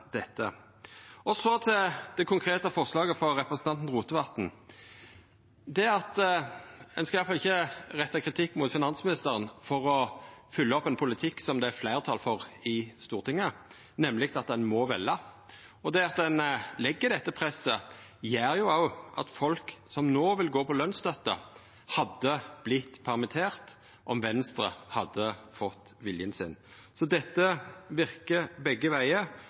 Så til det konkrete forslaget frå representanten Rotevatn: Ein skal iallfall ikkje rette kritikk mot finansministeren for å følgja opp ein politikk som det er fleirtal for i Stortinget, nemleg at ein må velja. Det at ein legg dette presset, gjer òg at folk som ville ha blitt permitterte om Venstre hadde fått viljen sin, no vil gå på lønsstøtte. Så dette verkar begge vegar,